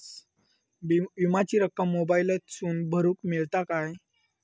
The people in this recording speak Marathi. विमाची रक्कम मोबाईलातसून भरुक मेळता काय?